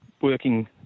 working